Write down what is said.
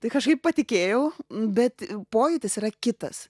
tai kažkaip patikėjau bet pojūtis yra kitas